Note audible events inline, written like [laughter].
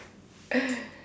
[noise]